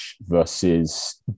versus